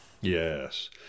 Yes